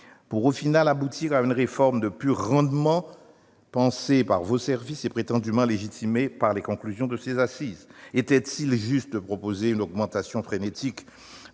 pour, finalement, aboutir à une réforme de pur rendement, pensée par vos services et prétendument légitimée par les conclusions de ces assises. Est-il fiscalement juste de proposer une augmentation frénétique,